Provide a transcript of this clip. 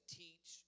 teach